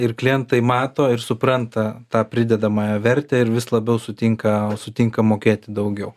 ir klientai mato ir supranta tą pridedamąją vertę ir vis labiau sutinka sutinka mokėti daugiau